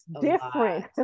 different